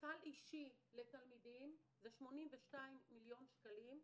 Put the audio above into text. סל אישי לתלמידים הוא בסך 82 מיליוני שקלים,